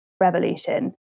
revolution